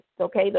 okay